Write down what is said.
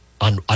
on